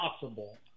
possible